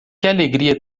alegria